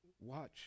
watch